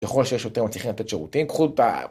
ככל שיש יותר מצליחים לתת שירותים, קחו ת'...